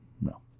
No